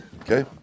Okay